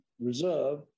reserve